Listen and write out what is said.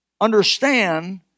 understand